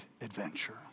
adventure